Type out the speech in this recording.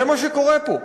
זה מה שקורה פה.